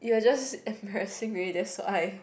you are just embarrassing maybe that's why